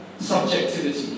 subjectivity